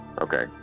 Okay